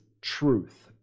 truth